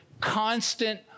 constant